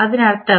അതിനർത്ഥം